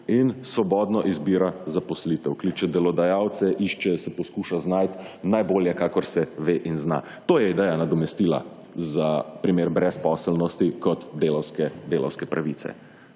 in svobodno izbira zaposlitev, kliče delodajalce, išče, se poskuša znajti najbolje kakor se ve in zna. To je ideja nadomestila za primer brezposelnosti kot delavske pravice.